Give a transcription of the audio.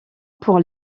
pour